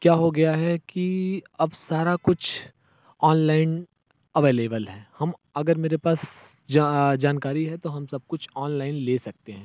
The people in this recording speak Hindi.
क्या हो गया है की अब सारा कुछ ऑनलाइन अवैलेबल है हम अगर मेरे पास जा जानकारी है तो हम सब कुछ ऑनलाइन ले सकते हैं